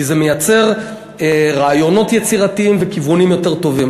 כי זה מייצר רעיונות יצירתיים וכיוונים יותר טובים.